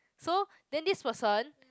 so then this person